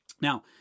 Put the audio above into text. Now